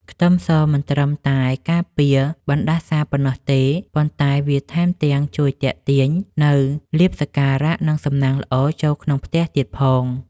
ខ្ទឹមសមិនត្រឹមតែការពារបណ្តាសាប៉ុណ្ណោះទេប៉ុន្តែវាថែមទាំងជួយទាក់ទាញនូវលាភសក្ការៈនិងសំណាងល្អចូលក្នុងផ្ទះទៀតផង។